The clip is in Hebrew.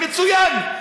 מצוין,